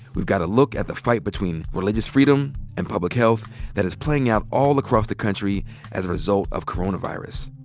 we've got a look at the fight between religious freedom and public health that is playing out all across the country as a result of coronavirus.